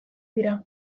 dira